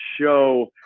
show